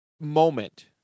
moment